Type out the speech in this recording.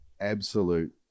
absolute